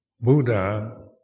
Buddha